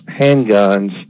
handguns